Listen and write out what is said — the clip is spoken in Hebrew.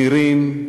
נירים,